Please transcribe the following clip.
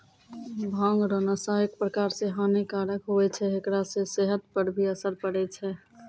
भांग रो नशा एक प्रकार से हानी कारक हुवै छै हेकरा से सेहत पर भी असर पड़ै छै